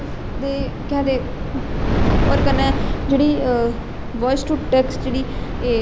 दे केह् आखदे और कन्नै जेहड़ी बाउइस टू टेक्स्ट जेहड़ी एह्